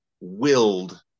willed